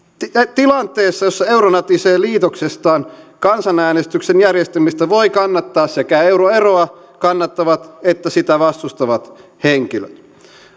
tilanteessa jossa euro natisee liitoksistaan kansanäänestyksen järjestämistä voivat kannattaa sekä euroeroa kannattavat että sitä vastustavat henkilöt